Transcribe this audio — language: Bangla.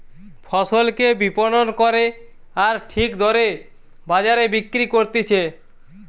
ফসলকে বিপণন করে আর ঠিক দরে বাজারে বিক্রি করতিছে